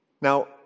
Now